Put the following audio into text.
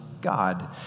God